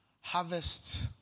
harvest